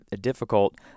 difficult